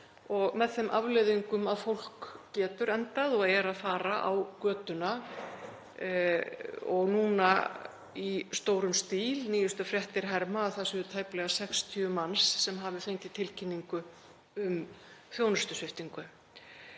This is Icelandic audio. með þeim afleiðingum að fólk getur endað og er að fara á götuna, og núna í stórum stíl. Nýjustu fréttir herma að það séu tæplega 60 manns sem hafi fengið tilkynningu um þjónustusviptingu.